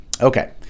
Okay